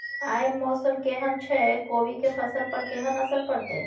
आय मौसम केहन छै कोबी के फसल पर केहन असर परतै?